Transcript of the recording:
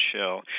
shell